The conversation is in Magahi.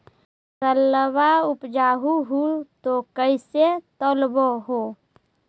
फसलबा उपजाऊ हू तो कैसे तौउलब हो?